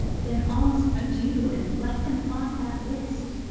then, arms, adieu, and let them fight that list!